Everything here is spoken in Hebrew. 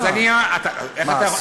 מה?